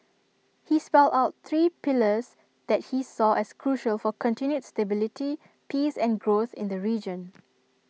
he spelt out three pillars that he saw as crucial for continued stability peace and growth in the region